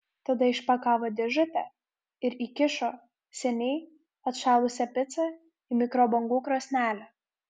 tada išpakavo dėžutę ir įkišo seniai atšalusią picą į mikrobangų krosnelę